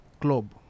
club